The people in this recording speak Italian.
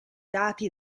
dati